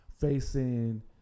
facing